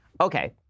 Okay